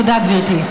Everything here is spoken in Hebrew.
תודה, גברתי.